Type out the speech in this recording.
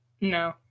No